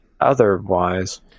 Otherwise